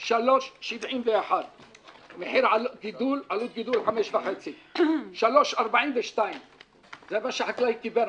3.71. מחיר עלות גידול 5.5. 3.42 זה מה שהחקלאי קיבל,